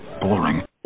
boring